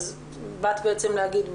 מה בעצם באת להגיד?